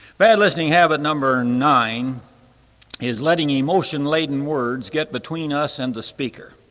bad listening habit number nine is letting emotion-laden words get between us and the speaker.